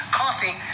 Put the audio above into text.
coffee